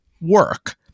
work